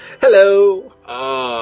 Hello